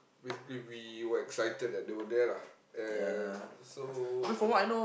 basically we were excited that they were there lah and so